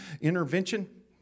intervention